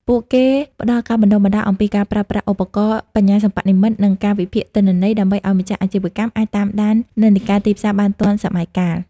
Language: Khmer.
ពួកគេផ្ដល់ការបណ្ដុះបណ្ដាលអំពីការប្រើប្រាស់ឧបករណ៍បញ្ញាសិប្បនិម្មិត និងការវិភាគទិន្នន័យ ដើម្បីឱ្យម្ចាស់អាជីវកម្មអាចតាមដាននិន្នាការទីផ្សារបានទាន់សម័យកាល។